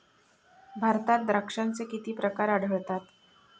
भारतात द्राक्षांचे किती प्रकार आढळतात?